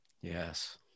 Yes